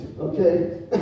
Okay